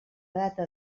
data